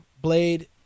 Blade